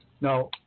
Now